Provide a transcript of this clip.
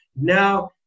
now